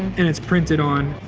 and it's printed on.